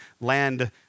land